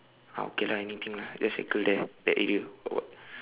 ah okay lah anything lah just circle there that area